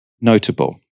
notable